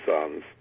Sons